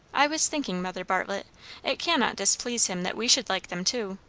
i was thinking, mother bartlett it cannot displease him that we should like them too.